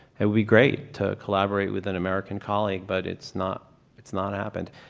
it would be great to collaborate with an american colleague, but it's not it's not happened.